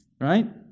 right